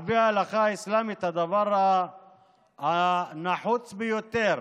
על פי ההלכה האסלאמית, הדבר הנחוץ ביותר